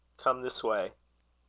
come this way.